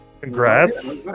Congrats